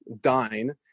dine